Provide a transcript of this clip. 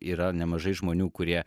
yra nemažai žmonių kurie